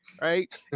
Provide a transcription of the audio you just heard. Right